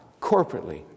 corporately